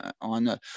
on